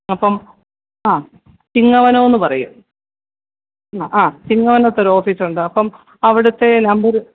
അപ്പം ആ ചിങ്ങവനമെന്ന് പറയും ആ ചിങ്ങവനത്തൊരു ഓഫീസുണ്ട് അപ്പം അവിടുത്തെ നമ്പര്